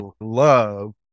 love